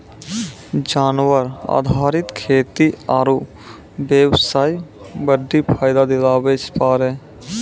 जानवर आधारित खेती आरू बेबसाय बड्डी फायदा दिलाबै पारै